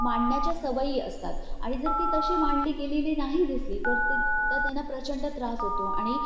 मांडण्याच्या सवयी असतात आणि जर ती तशी मांडली गेलेली नाही दिसली तर ते तर त्यांना प्रचंड त्रास होतो आणि